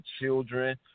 children